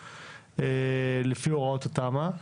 לפי הוראות התמ"א,